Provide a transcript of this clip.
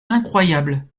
incroyable